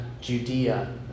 Judea